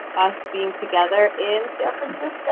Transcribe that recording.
us being together in san